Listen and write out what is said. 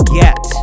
get